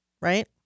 right